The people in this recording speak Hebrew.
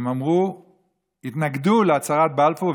הם התנגדו להצהרת בלפור,